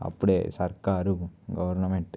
అప్పుడే సర్కారు గవర్నమెంట్